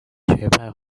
学派